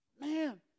Man